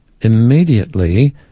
immediately